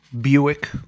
Buick